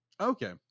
Okay